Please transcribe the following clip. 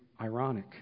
ironic